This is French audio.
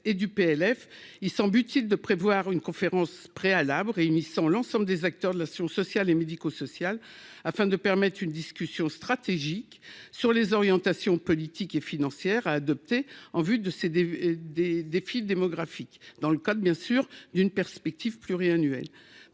et du PLF il semble utile de prévoir une conférence préalable réunissant l'ensemble des acteurs de l'action sociale et médico-sociale afin de permettre une discussion stratégique sur les orientations politiques et financières adopter en vue de céder des, des, des fils démographiques dans le code bien sûr d'une perspective pluriannuelle,